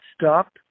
stop